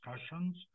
discussions